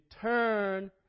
turn